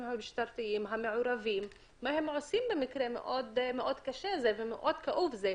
המשטרתיים המעורבים מה הם עושים במקרה מאוד קשה וכאוב זה.